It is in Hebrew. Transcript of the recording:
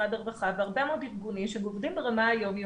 משרד הרווחה והרבה מאוד ארגונים שהם עובדים ברמה היום-יומית.